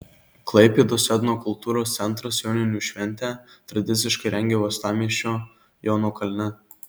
klaipėdos etnokultūros centras joninių šventę tradiciškai rengia uostamiesčio jono kalne